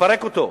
מפרק אותו,